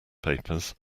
papers